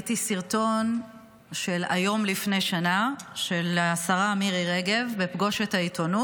ראיתי סרטון של "היום לפני שנה" של השרה מירי רגב בפגוש את העיתונות,